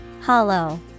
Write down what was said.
hollow